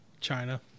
China